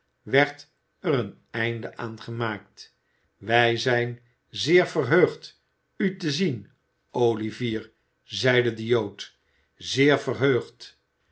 werd er een einde aan gemaakt wij zijn zeer verheugd u te zien olivier zeide de jood zeer verheugd